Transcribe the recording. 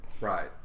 Right